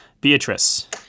Beatrice